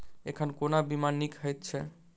एखन कोना बीमा नीक हएत छै?